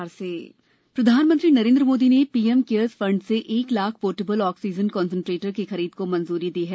PM CARES प्रधानमंत्री नरेंद्र मोदी ने PM CARES fund से एक लाख पोर्टेबल ऑक्सीजन कंसेंट्रेटर की खरीद को मंजूरी दी है